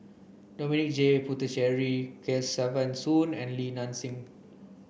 Dominic J Puthucheary Kesavan Soon and Li Nanxing